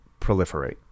proliferate